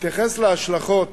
בהתייחס להשלכות